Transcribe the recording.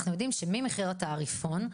אנחנו יודעים שממחיר התעריפון,